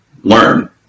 learn